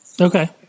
Okay